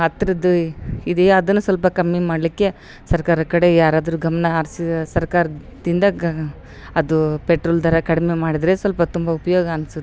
ಹತ್ರದ್ದು ಇದೆಯಾ ಅದನ್ನು ಸ್ವಲ್ಪ ಕಮ್ಮಿ ಮಾಡಲಿಕ್ಕೆ ಸರ್ಕಾರದ ಕಡೆ ಯಾರಾದರು ಗಮನ ಹರಿಸಿ ಸರ್ಕಾರದಿಂದ ಗ ಅದು ಪೆಟ್ರೋಲ್ ದರ ಕಡಿಮೆ ಮಾಡಿದರೆ ಸ್ವಲ್ಪ ತುಂಬ ಉಪಯೋಗ ಅನಿಸುತ್ತೆ